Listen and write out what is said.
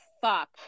fuck